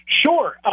Sure